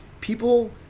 people